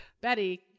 Betty